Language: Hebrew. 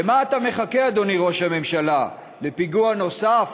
למה אתה מחכה, אדוני ראש הממשלה, לפיגוע נוסף?